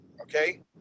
Okay